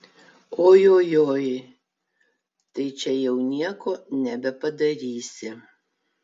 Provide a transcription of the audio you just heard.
ojojoi tai čia jau nieko nebepadarysi